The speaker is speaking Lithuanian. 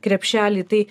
krepšelį tai